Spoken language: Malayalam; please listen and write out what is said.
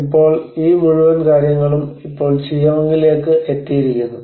ഇപ്പോൾ ഈ മുഴുവൻ കാര്യങ്ങളും ഇപ്പോൾ ചിയാങ്ങിലേക്ക് എത്തിയിരിക്കുന്നു